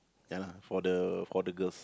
ya lah for the for the girls